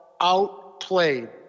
out-played